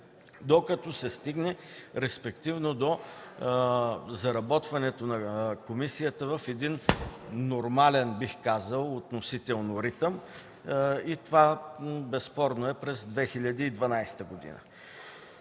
докато се стигне респективно до заработването на комисията в един нормален, бих казал относително, ритъм и това безспорно е през 2012 г.